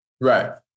Right